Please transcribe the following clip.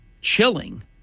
chilling